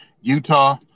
Utah